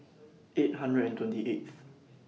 eight hundred and twenty eighth